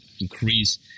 increase